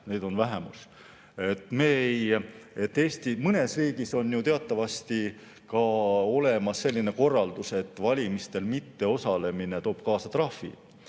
neid on vähemus. Mõnes riigis on ju teatavasti ka olemas selline korraldus, et valimistel mitteosalemine toob kaasa trahvi.